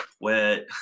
wet